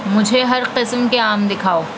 مجھے ہر قسم کے آم دکھاؤ